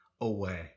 away